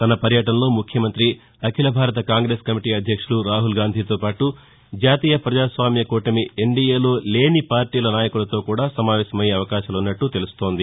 తన పర్యటనలో ముఖ్యమంతి అఖిలభారత కాంగ్రెస్ కమిటీ అధ్యక్షులు రాహుల్ గాంధీ తో పాటు జాతీయ పజాస్వామ్య కూటమి ఎన్డీయేలో లేని పార్టీల నాయకులతో కూడా సమావేశమయ్యే అవకాశాలున్నట్లు తెలుస్తోంది